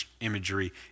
imagery